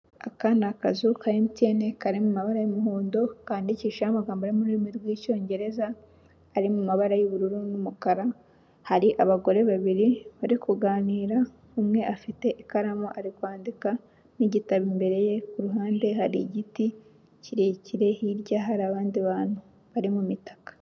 Aka ni akazu ka MTN kari mu mabara y'umuhondo, kandiishijeho amagambo y'ururimi rw'Icyongereza, ari mumabara y'ubururu n'umukara, hari abagore babiri bari kuganira, umwe afite ikaramu ari kwandika n'gitabo imbere ye, ku ruhande hari igiti kirekire hirya hari abandi bantu bari mu mitaka.